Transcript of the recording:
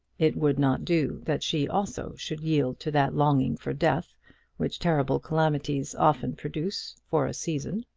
it would not do that she also should yield to that longing for death which terrible calamities often produce for a season.